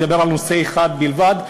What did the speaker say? אני אדבר על נושא אחד בלבד,